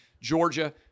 Georgia